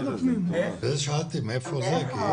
בגלל זה שאלתי מאיפה זה.